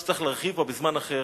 שצריך להרחיב בה בזמן אחר.